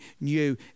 new